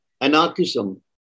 anarchism